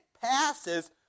passes